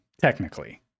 technically